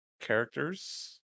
Characters